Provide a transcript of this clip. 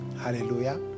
Hallelujah